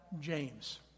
James